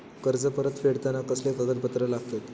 कर्ज परत फेडताना कसले कागदपत्र लागतत?